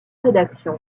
rédaction